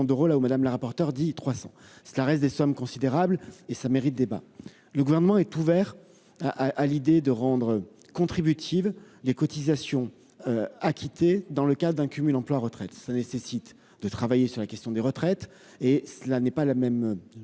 En tout état de cause, ce sont des sommes considérables qui méritent débat. Le Gouvernement est ouvert à l'idée de rendre contributives des cotisations acquittées dans le cadre d'un cumul emploi-retraite. Cela nécessite de travailler sur la question des retraites et ce n'est pas la même